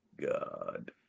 god